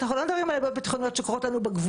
אנחנו לא מדברים על בעיות ביטחוניות שקורות לנו בגבולות,